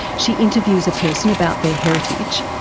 she interviews a person about their heritage,